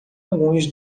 alguns